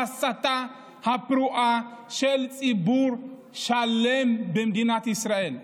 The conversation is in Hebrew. בהסתה הפרועה על ציבור שלם במדינת ישראל.